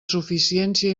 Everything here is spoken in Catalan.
suficiència